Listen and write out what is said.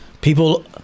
People